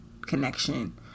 connection